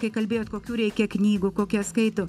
kai kalbėjot kokių reikia knygų kokias skaito